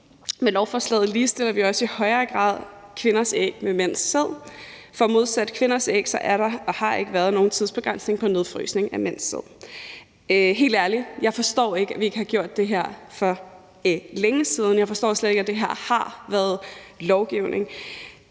Med lovforslaget ligestiller vi også i højere grad kvinders æg med mænds sæd, for i modsætning til kvinders æg er der og har der ikke været nogen tidsbegrænsning på nedfrysning af mænds sæd. Helt ærligt – jeg forstår ikke, at vi ikke har gjort det her for længe siden. Jeg forstår slet ikke, at det her har været lovgivning.